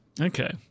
Okay